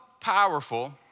powerful